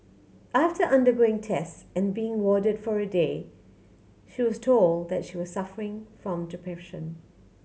after undergoing test and being warded for a day she was told that she was suffering from depression